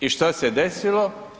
I što se desilo?